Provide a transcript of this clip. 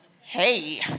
Hey